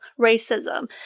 racism